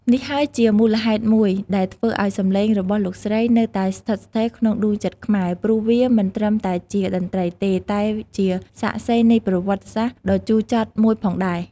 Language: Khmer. នេះហើយជាមូលហេតុមួយដែលធ្វើឲ្យសំឡេងរបស់លោកស្រីនៅតែស្ថិតស្ថេរក្នុងដួងចិត្តខ្មែរ ព្រោះវាមិនត្រឹមតែជាតន្ត្រីទេ តែជា សាក្សីនៃប្រវត្តិសាស្ត្រ ដ៏ជូរចត់មួយផងដែរ។